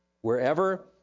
wherever